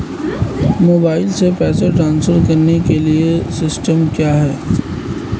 Mobile से पैसे transfer करने के लिए सिस्टम क्या है?